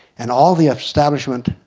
and all the establishment